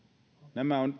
nämä ovat